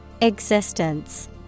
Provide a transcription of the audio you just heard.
Existence